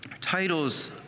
titles